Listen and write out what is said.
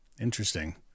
Interesting